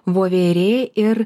voverė ir